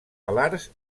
alars